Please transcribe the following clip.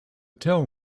tell